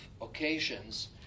occasions